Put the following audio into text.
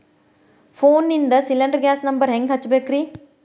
ಫೋನಿಂದ cylinder gas number ಹೆಂಗ್ ಹಚ್ಚ ಬೇಕ್ರಿ?